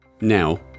Now